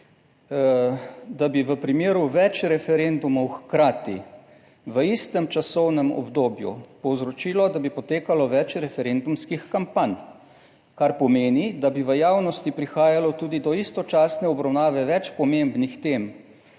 da bi v primeru več referendumov hkrati v istem časovnem obdobju povzročilo, da bi potekalo več referendumskih kampanj, kar pomeni, da bi v javnosti prihajalo tudi do istočasne obravnave več pomembnih tem